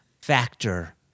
factor